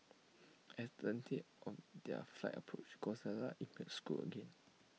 as the of their flight approach Gonzalez email scoot again